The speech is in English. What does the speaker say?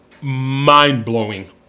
mind-blowing